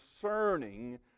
concerning